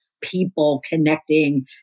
people-connecting